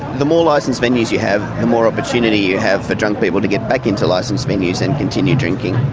the more licenced venues you have, the more opportunity you have for drunk people to get back into licenced venues and continue drinking.